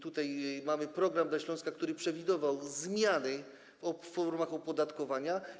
Tutaj mamy program dla Śląska, który przewidywał zmiany w formach opodatkowania.